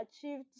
achieved